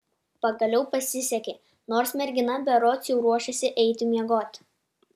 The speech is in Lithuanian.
pagaliau pasisekė nors mergina berods jau ruošėsi eiti miegoti